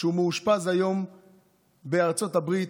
הוא מאושפז היום בארצות הברית,